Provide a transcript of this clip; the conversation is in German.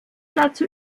dazu